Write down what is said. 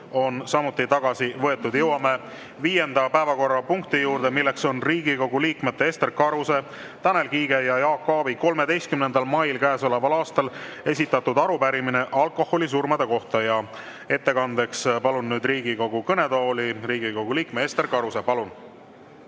on samuti tagasi võetud. Jõuame viienda päevakorrapunkti juurde, milleks on Riigikogu liikmete Ester Karuse, Tanel Kiige ja Jaak Aabi 13. mail käesoleval aastal esitatud arupärimine alkoholisurmade kohta. Ettekandeks palun nüüd Riigikogu kõnetooli Riigikogu liikme Ester Karuse. Palun!